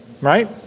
right